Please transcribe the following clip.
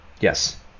Yes